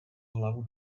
hlavu